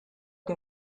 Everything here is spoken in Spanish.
que